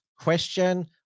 question